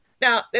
Now